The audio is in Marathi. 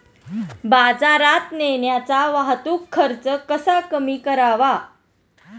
बाजारात नेण्याचा वाहतूक खर्च कसा कमी करावा?